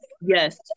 Yes